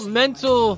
mental